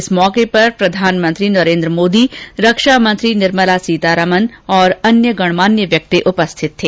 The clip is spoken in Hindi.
इस अवसर पर प्रधानमंत्री नरेन्द्र मोदी रक्षा मंत्री निर्मला सीतारामन और अन्य गण्यमान्य व्यक्ति उपस्थित थे